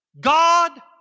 God